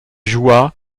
jahoua